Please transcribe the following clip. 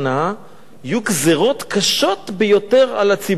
יהיו גזירות קשות ביותר על הציבור.